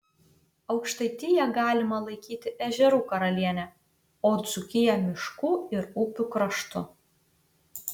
aukštaitiją galima laikyti ežerų karaliene o dzūkiją miškų ir upių kraštu